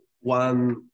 one